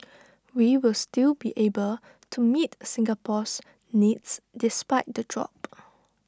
we will still be able to meet Singapore's needs despite the drop